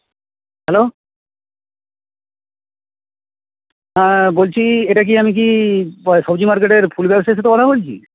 hello হ্যাঁ বলছি এটা কি আমি কি সবজি মার্কেটের ফুল ব্যবসায়ীর সাথে কথা বলছি